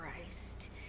Christ